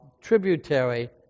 tributary